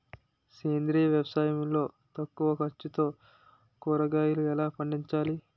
సేంద్రీయ వ్యవసాయం లో తక్కువ ఖర్చుతో కూరగాయలు ఎలా పండించాలి?